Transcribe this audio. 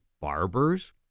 barbers